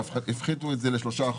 שהפחיתו את זה ל-3%.